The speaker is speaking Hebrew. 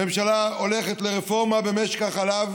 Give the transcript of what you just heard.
הממשלה הולכת לרפורמה במשק החלב,